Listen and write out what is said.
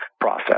process